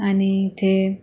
आणि इथे